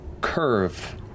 curve